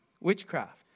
witchcraft